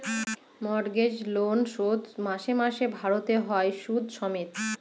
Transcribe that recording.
mortgage loan শোধ মাসে মাসে ভারতে হয় সুদ সমেত